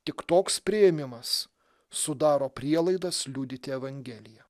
tik toks priėmimas sudaro prielaidas liudyti evangeliją